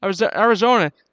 Arizona